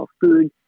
food